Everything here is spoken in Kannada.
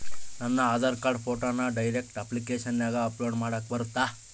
ನನ್ನ ಆಧಾರ್ ಕಾರ್ಡ್ ಫೋಟೋನ ಡೈರೆಕ್ಟ್ ಅಪ್ಲಿಕೇಶನಗ ಅಪ್ಲೋಡ್ ಮಾಡಾಕ ಬರುತ್ತಾ?